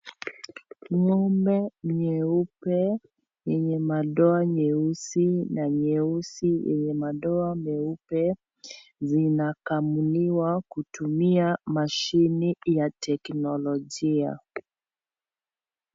Ngombe nyeupe yenye madoa nyeusi na nyeusi yenye madoa nyeupe zinakamuliwa kutumia mashine ya teknolojia.